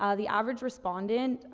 ah the average respondent,